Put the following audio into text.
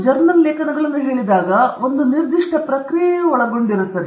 ನೀವು ಜರ್ನಲ್ ಲೇಖನವನ್ನು ಹೇಳಿದಾಗ ಒಂದು ನಿರ್ದಿಷ್ಟ ಪ್ರಕ್ರಿಯೆಯು ಒಳಗೊಂಡಿರುತ್ತದೆ